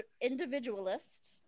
individualist